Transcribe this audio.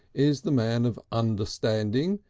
is the man of understanding,